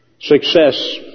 success